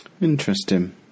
Interesting